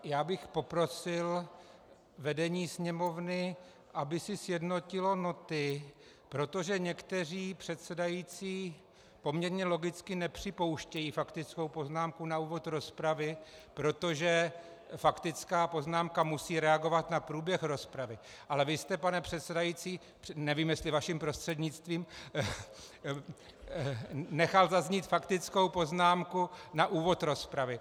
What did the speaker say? Já bych poprosil vedení Sněmovny, aby si sjednotilo noty, protože někteří předsedající poměrně logicky nepřipouštějí faktickou poznámku na úvod rozpravy, protože faktická poznámka musí reagovat na průběh rozpravy, ale vy jste, pane předsedající, nevím, jestli vaším prostřednictvím, nechal zaznít faktickou poznámku na úvod rozpravy.